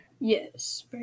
Yes